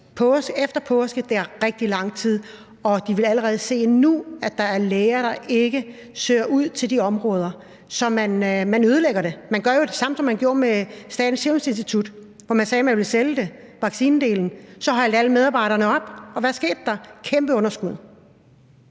Efter påske er rigtig lang tid, og de vil allerede nu se, at der er læger, der ikke søger ud til de områder. Så man ødelægger det. Man gør jo det samme, som man gjorde med Statens Serum Institut, hvor man sagde, at man ville sælge vaccinedelen. Så holdt alle medarbejderne op, og hvad skete der? Der var et kæmpe underskud.